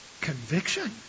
conviction